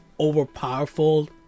overpowerful